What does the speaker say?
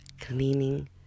cleaning